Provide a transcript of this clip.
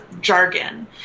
jargon